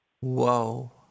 Whoa